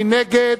מי נגד?